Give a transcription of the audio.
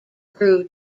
grew